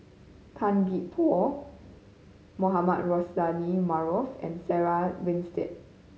Tan Gee Paw Mohamed Rozani Maarof and Sarah Winstedt